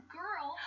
girl